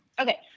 Okay